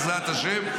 בעזרת השם.